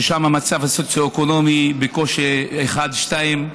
ששם המצב הסוציו-אקונומי הוא בקושי 1 או 2,